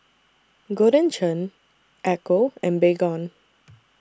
Golden Churn Ecco and Baygon